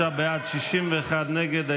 43 בעד, 61 נגד.